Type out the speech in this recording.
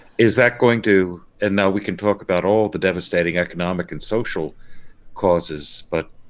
is that going to and now we can talk about all the devastating economic and social causes but